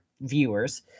viewers